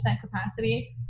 capacity